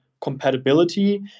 compatibility